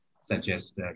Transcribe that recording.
suggest